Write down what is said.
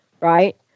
Right